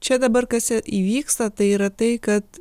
čia dabar kas įvyksta tai yra tai kad